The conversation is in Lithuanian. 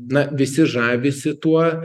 na visi žavisi tuo